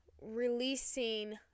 releasing